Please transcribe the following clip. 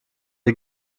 die